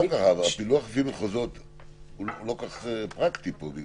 הפילוח לפי מחוזות הוא לא כל כך פרקטי פה.